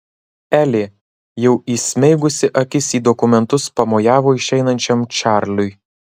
elė jau įsmeigusi akis į dokumentus pamojavo išeinančiam čarliui